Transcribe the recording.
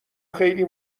خیلی